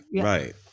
Right